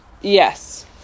Yes